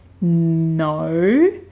No